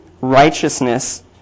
righteousness